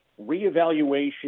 reevaluation